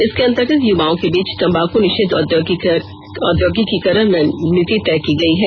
इसके अंतर्गत यूवाओं के बीच तंबाक निषेध औद्योगिकरण रणनीति तय की गयी है